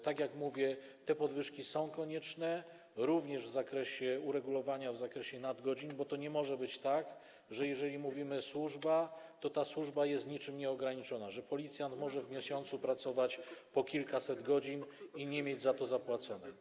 Tak jak mówię, te podwyżki są konieczne, również w zakresie uregulowania kwestii nadgodzin, bo nie może być tak, że jeżeli mówimy: służba, to ta służba jest niczym nieograniczona, że policjant może w miesiącu pracować po kilkaset godzin i nie ma za to zapłacone.